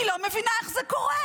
היא לא מבינה איך זה קורה,